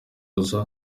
uza